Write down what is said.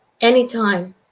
anytime